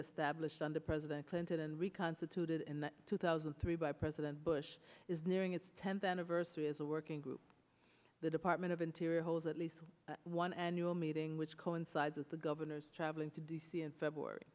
established under president clinton and reconstituted in two thousand and three by president bush is nearing its tenth anniversary as a working group the department of interior holes at least one annual meeting which coincides with the governor's traveling to d c in february